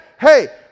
hey